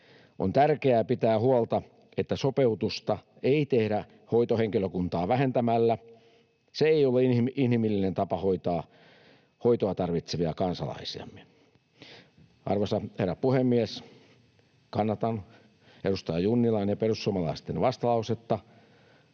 On tärkeää pitää huolta, että sopeutusta ei tehdä hoitohenkilökuntaa vähentämällä. Se ei ole inhimillinen tapa hoitaa hoitoa tarvitsevia kansalaisiamme. Arvoisa herra puhemies! Kannatan edustaja Junnilan ja perussuomalaisten vastalausetta